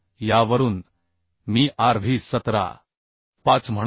तर यावरून मी R v